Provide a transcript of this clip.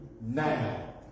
Now